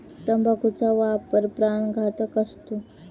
तंबाखूचा वापर प्राणघातक असतो